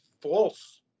false